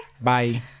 Bye